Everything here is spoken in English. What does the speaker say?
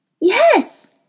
Yes